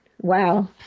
Wow